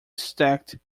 stacked